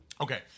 Okay